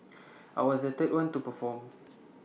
I was the third one to perform